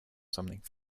something